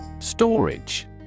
Storage